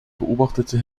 beobachtete